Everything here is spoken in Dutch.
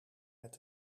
met